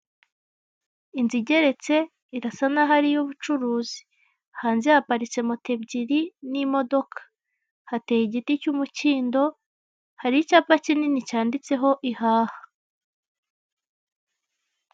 Inzu igeretse irasa n'aho ari iy'ubucuruzi, hanze haparitse moto ebyiri n'imodoka, hateye igiti cy'umukindo hari icyapa kinini cyanditseho ihaha.